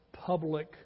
Public